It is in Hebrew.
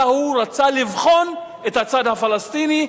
אלא הוא רצה לבחון את הצד הפלסטיני,